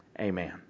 Amen